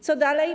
Co dalej?